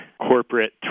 corporate